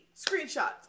screenshots